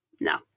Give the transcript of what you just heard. No